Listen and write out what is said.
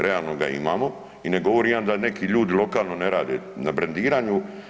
Realno ga imamo i ne govorim ja da neki ljudi lokalno ne rade na brendiranju.